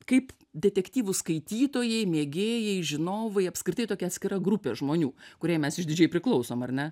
kaip detektyvų skaitytojai mėgėjai žinovai apskritai tokia atskira grupė žmonių kuriai mes išdidžiai priklausom ar ne